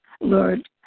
Lord